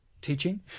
teaching